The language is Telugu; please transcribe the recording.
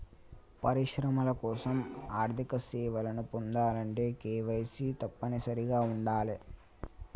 పరిశ్రమల కోసం ఆర్థిక సేవలను పొందాలంటే కేవైసీ తప్పనిసరిగా ఉండాలే